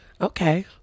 Okay